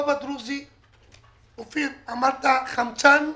אופיר: אמרת חמצן?